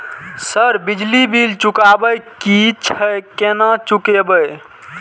Sir बिजली bill चुकाबे की छे केना चुकेबे?